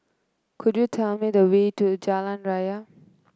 could you tell me the way to Jalan Raya